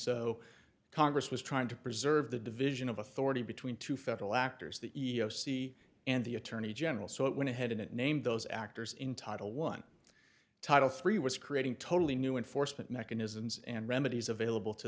so congress was trying to preserve the division of authority between two federal actors the e e o c and the attorney general so it went ahead and it named those actors in title one title three was creating totally new enforcement mechanisms and remedies available to